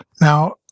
Now